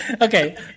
Okay